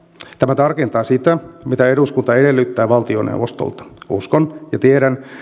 tämä tarkentaa sitä mitä eduskunta edellyttää valtioneuvostolta uskon ja tiedän